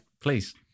Please